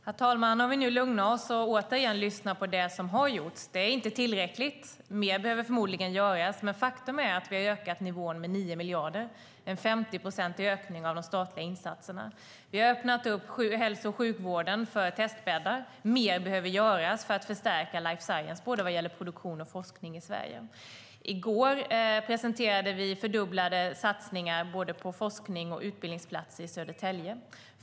Herr talman! Låt oss lugna oss. Det som har gjorts är inte tillräckligt. Mer behöver förmodligen göras. Men faktum är att vi har ökat nivån med 9 miljarder. Det är en 50-procentig ökning av de statliga insatserna. Vi har öppnat hälso och sjukvården för testbäddar. Mer behöver dock göras för att förstärka life science vad gäller både produktion och forskning i Sverige. I går presenterade vi fördubblade satsningar på forskning och utbildningsplatser i Södertälje.